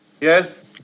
Yes